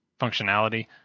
functionality